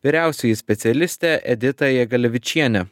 vyriausioji specialistė edita jegelevičienė